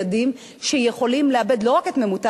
אלו נושאים של ילדים שיכולים לאבד לא רק את תמימותם,